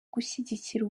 gushigikira